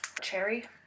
Cherry